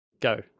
Go